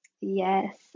Yes